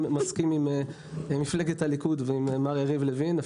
עם מפלגת הליכוד ועם מר יריב לוין.